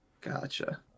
gotcha